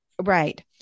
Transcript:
Right